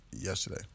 yesterday